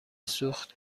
سوخت